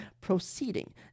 proceeding